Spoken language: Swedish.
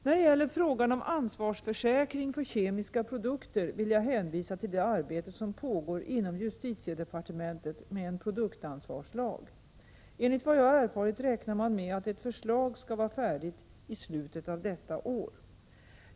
När det gäller frågan om ansvarsförsäkring för kemiska produkter vill jag hänvisa till det arbete som pågår inom justitiedepartementet med en produktansvarslag. Enligt vad jag erfarit räknar man med att ett förslag skall vara färdigt i slutet av detta år.